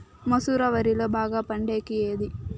మసూర వరిలో బాగా పండేకి ఏది?